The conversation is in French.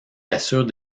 assure